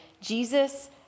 Jesus